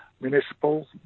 municipal